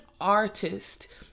artist